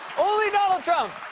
only donald trump.